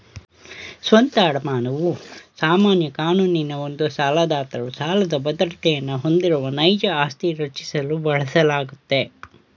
ಸ್ವಂತ ಅಡಮಾನವು ಸಾಮಾನ್ಯ ಕಾನೂನಿನ ಒಂದು ಸಾಲದಾತರು ಸಾಲದ ಬದ್ರತೆಯನ್ನ ಹೊಂದಿರುವ ನೈಜ ಆಸ್ತಿ ರಚಿಸಲು ಬಳಸಲಾಗುತ್ತೆ